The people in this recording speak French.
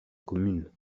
commune